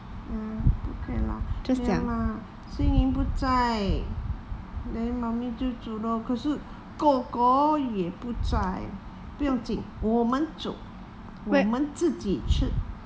um 不可以啦没有 lah xin yi 不在 then mommy 就煮咯可是 kor kor 也不在不用紧我们煮我们自己吃